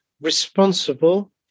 responsible